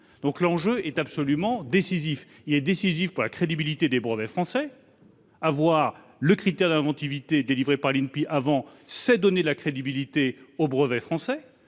que l'enjeu est absolument décisif et vital pour les PME. Il est décisif pour la crédibilité des brevets français. Avoir le critère d'inventivité délivré par l'INPI avant, c'est donner de la crédibilité aux brevets français.